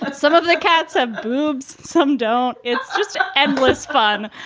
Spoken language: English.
but some of the cats have boobs. some don't. it's just endless fun.